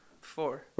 Four